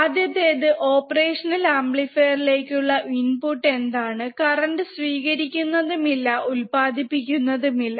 ആദ്യത്തേത് operational amplifier ലേക്ക് ഉള്ള ഇൻപുട് എന്താണ് കറന്റ് സ്വീകരിക്കുന്നതുമില്ല ഉൽപാദിപ്പിക്കുന്നതുമില്ല